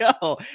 go